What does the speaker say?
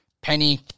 Penny